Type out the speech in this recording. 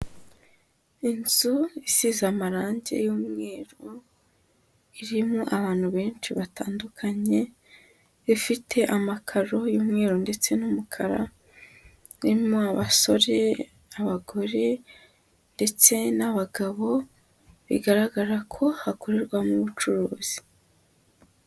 Inzu isize amarange y'umweru irimo abantu benshi batandukanye, ifite amakaro y'umweru ndetse n'umukara, irimo abasore, abagore ndetse n'abagabo bigaragara ko hakorerwamo ubucuruzi.